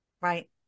Right